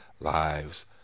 lives